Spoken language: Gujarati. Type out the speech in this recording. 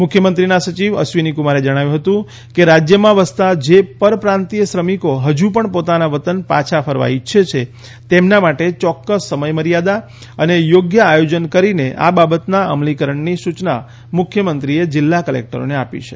મુખ્યમંત્રીના સચિવ અશ્વિનીકુમારે જણાવ્યું હતું કે રાજ્યમાં વસતા જે પરપ્રાંતીય શ્રમિકો હજ પણ પોતાના વતન પાછા ફરવા ઇચ્છે છે તેમના માટે ચોક્કસ સમય મર્યાદા અને યોગ્ય આયોજન કરીને આ બાબતના અમલીકરણની સૂચના મુખ્યમંત્રીએ જિલ્લા ક્લેક્ટરોને આપી છે